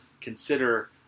consider